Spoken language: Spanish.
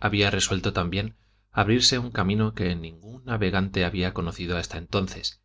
había resuelto también abrirse un camino que ningún navegante había conocido hasta entonces